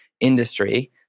industry